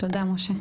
תודה משה.